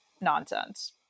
nonsense